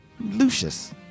Lucius